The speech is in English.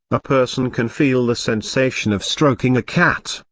a person can feel the sensation of stroking a cat,